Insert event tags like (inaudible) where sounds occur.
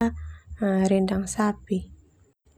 (hesitation) Rendang sapi.